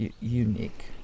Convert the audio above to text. unique